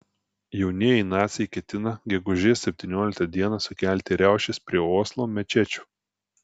jaunieji naciai ketina gegužės septynioliktą dieną sukelti riaušes prie oslo mečečių